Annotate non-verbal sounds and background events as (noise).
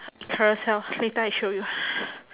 carousell later I show you (breath)